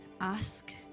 Ask